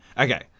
Okay